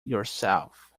yourself